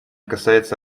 касается